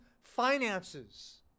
finances